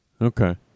Okay